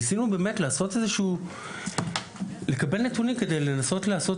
ניסינו באמת לקבל נתונים כדי לנסות לעשות